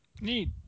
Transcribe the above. Neat